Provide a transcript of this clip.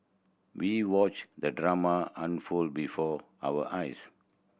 we watched the drama unfold before our eyes